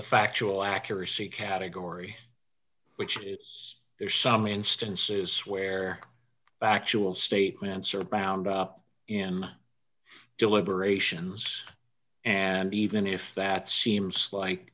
the factual accuracy category which there's some instances where factual statements are bound up in deliberations and even if that seems like